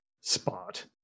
spot